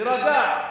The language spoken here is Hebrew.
תירגע.